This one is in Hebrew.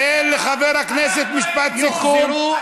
תן לחבר הכנסת משפט סיכום.